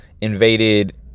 invaded